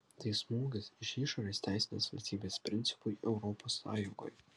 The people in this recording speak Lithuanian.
tai smūgis iš išorės teisinės valstybės principui europos sąjungoje